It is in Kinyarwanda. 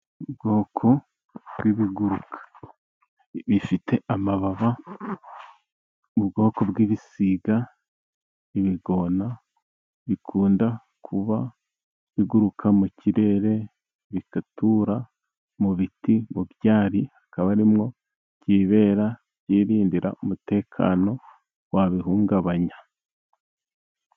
Ubwoko bw'ibiguruka bifite amababa mu bwoko bw'ibisiga by'ibigona, bikunda kuba biguruka mu kirere bigatura mu biti mu byari akaba arimo byibera, byirindira umutekano wabihungabanya.